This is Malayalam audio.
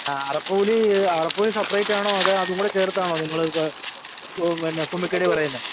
അറപ്പുകൂലി അറപ്പ് കൂലി സെപ്പെറേറ്റാണോ അതോ അതു കൂടെ ചേർത്താണോ നിങ്ങള് പിന്നെ കുമിക്കടി പറയുന്നെ